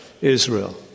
Israel